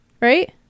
Right